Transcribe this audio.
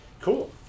Cool